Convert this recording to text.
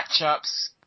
matchups